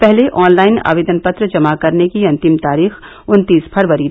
पहले ऑनलाइन आवेदन पत्र जमा करने की अंतिम तारीख उन्तीस फ़रवरी थी